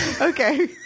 Okay